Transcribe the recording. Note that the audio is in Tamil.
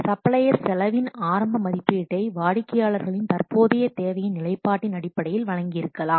சப்ளையர் செலவின் ஆரம்ப மதிப்பீட்டை வாடிக்கையாளர்களின் தற்போதைய தேவையின் நிலைப்பாட்டின் அடிப்படையில் வழங்கியிருக்கலாம்